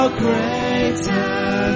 greater